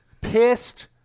Pissed